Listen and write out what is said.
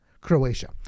Croatia